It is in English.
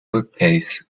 bookcase